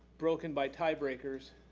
broken by tiebreakers,